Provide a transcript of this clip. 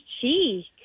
cheek